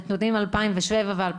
נתונים על 2007 ו-2009?